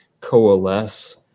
coalesce